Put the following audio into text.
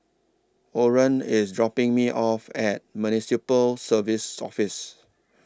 Orren IS dropping Me off At Municipal Services Office